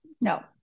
no